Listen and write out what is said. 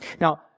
Now